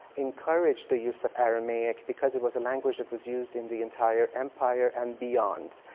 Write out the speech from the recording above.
encouraged the use of aramaic because it was a language that was used in the entire empire and beyond.